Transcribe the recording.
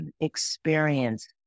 experience